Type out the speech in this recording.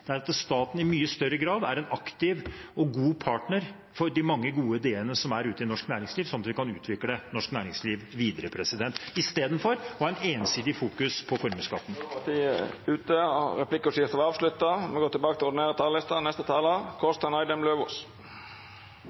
at staten i mye større grad er en aktiv og god partner for de mange gode ideene som er ute i norsk næringsliv, sånn at vi kan utvikle norsk næringsliv videre – istedenfor å fokusere ensidig på formuesskatten.